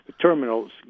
terminals